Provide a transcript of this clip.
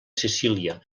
sicília